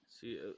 See